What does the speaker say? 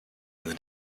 other